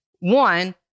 One